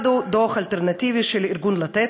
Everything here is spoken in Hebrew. אחד הוא דוח אלטרנטיבי של ארגון "לתת",